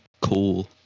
cool